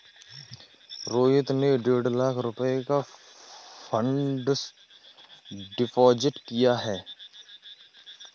रोहित ने डेढ़ लाख रुपए का फ़िक्स्ड डिपॉज़िट किया